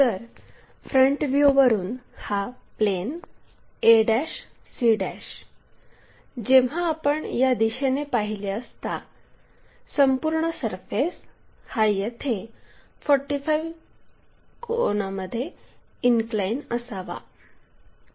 तर फ्रंट व्ह्यूवरून हा प्लेन a c जेव्हा आपण या दिशेने पाहिले असता संपूर्ण सरफेस हा येथे 45 डिग्री कोनामध्ये इनक्लाइन असावा